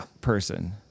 person